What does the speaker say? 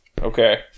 Okay